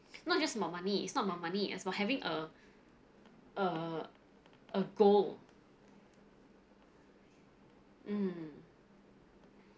not just about money it's not about money it's about having a a a goal mm